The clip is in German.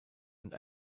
und